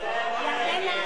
אני רוצה להודיע